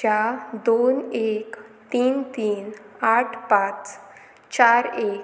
च्या दोन एक तीन तीन आठ पांच चार एक